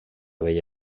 bella